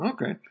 Okay